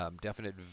Definite